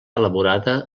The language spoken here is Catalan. elaborada